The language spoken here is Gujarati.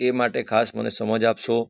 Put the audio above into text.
એ માટે ખાસ મને સમજ આપશો